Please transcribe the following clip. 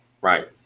Right